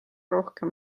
rohkem